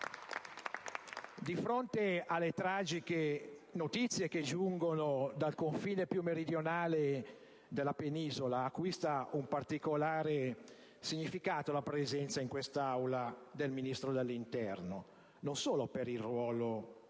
Di fronte alle tragiche notizie che giungono dal confine più meridionale della penisola, acquista un particolare significato la presenza in quest'Aula del Ministro dell'interno, non solo per il ruolo che,